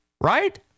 Right